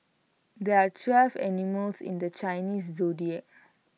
there are twelve animals in the Chinese Zodiac